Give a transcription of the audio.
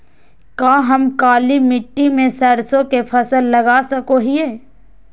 का हम काली मिट्टी में सरसों के फसल लगा सको हीयय?